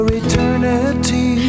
eternity